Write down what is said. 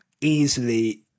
easily